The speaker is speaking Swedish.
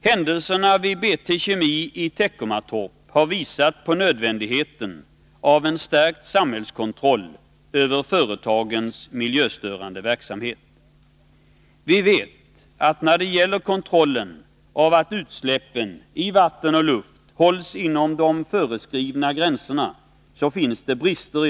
Händelserna vid BT Kemi AB i Teckomatorp visar på nödvändigheten av en stärkt samhällskontroll över företagens miljöstörande verksamhet. Vi vet att det i dag, när det gäller kontrollen av att utsläppen i vatten och luft hålls inom de föreskrivna gränserna, finns brister.